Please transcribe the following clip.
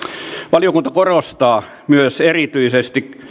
valiokunta korostaa myös erityisesti